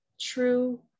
true